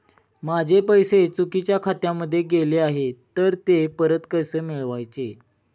माझे पैसे चुकीच्या खात्यामध्ये गेले आहेत तर ते परत कसे मिळवायचे?